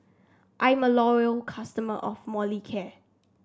I'm a loyal customer of Molicare